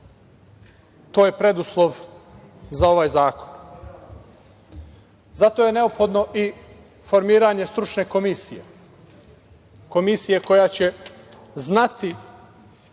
to je preduslov za ovaj zakon. Zato je neophodno i formiranje stručne komisije, komisije koja će znati